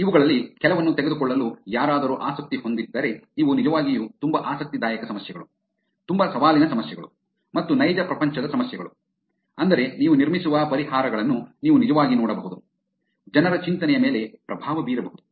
ಇವುಗಳಲ್ಲಿ ಕೆಲವನ್ನು ತೆಗೆದುಕೊಳ್ಳಲು ಯಾರಾದರೂ ಆಸಕ್ತಿ ಹೊಂದಿದ್ದರೆ ಇವು ನಿಜವಾಗಿಯೂ ತುಂಬಾ ಆಸಕ್ತಿದಾಯಕ ಸಮಸ್ಯೆಗಳು ತುಂಬಾ ಸವಾಲಿನ ಸಮಸ್ಯೆಗಳು ಮತ್ತು ನೈಜ ಪ್ರಪಂಚದ ಸಮಸ್ಯೆಗಳು ಅಂದರೆ ನೀವು ನಿರ್ಮಿಸುವ ಪರಿಹಾರಗಳನ್ನು ನೀವು ನಿಜವಾಗಿ ನೋಡಬಹುದು ಜನರ ಚಿಂತನೆಯ ಮೇಲೆ ಪ್ರಭಾವ ಬೀರಬಹುದು